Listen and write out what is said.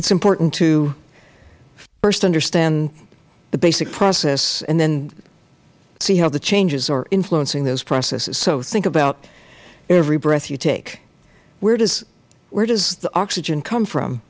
is important to first understand the basic process and then see how the changes are influencing those processes so think about every breath you take where does the oxygen come from